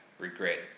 regret